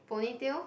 ponytail